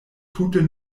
tute